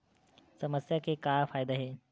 समस्या के का फ़ायदा हे?